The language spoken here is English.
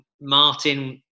Martin